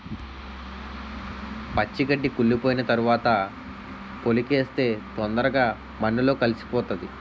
పచ్చి గడ్డి కుళ్లిపోయిన తరవాత పోలికేస్తే తొందరగా మన్నులో కలిసిపోతాది